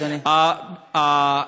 אדוני.